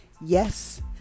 Yes